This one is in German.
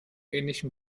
ähnlichem